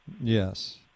Yes